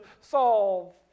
solve